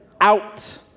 out